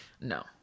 No